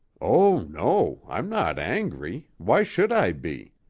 oh, no. i'm not angry why should i be?